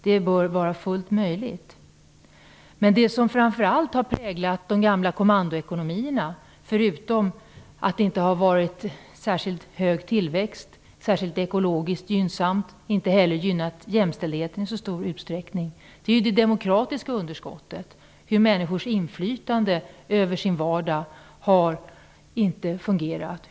Det bör vara fullt möjligt. Det som framför allt har präglat de gamla kommandoekonomierna - förutom att det inte varit särskilt hög tillväxt, inte ekologiskt gynnsam, och inte heller har det gynnat jämställdheten i så stor utsträckning - är det demokratiska underskottet. Människors inflytande över sin vardag har inte fungerat.